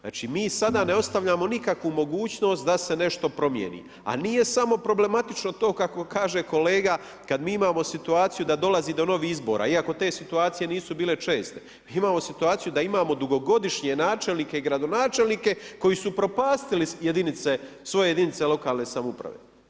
Znači mi sada ne ostavljamo nikakvu mogućnost da se nešto promijeni, a nije samo problematično to kako kaže kolega kada mi imamo situaciju da dolazi do novih izbora, iako te situacije nisu bile česte, mi imamo situacije da imamo dugogodišnje načelnika i gradonačelnike koji su upropastili svoje jedinice lokalne samouprave.